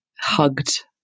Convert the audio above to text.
hugged